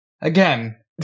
Again